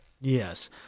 yes